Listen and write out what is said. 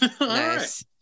Nice